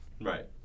Right